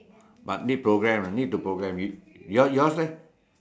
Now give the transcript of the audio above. but need program ah need to program you yours yours leh